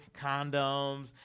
condoms